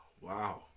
Wow